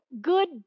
good